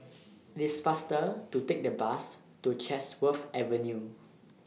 IT IS faster to Take The Bus to Chatsworth Avenue